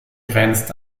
grenzt